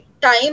time